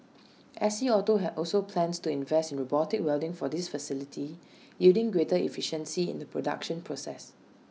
S C auto have also plans to invest in robotic welding for this facility yielding greater efficiency in the production process